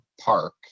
park